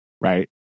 Right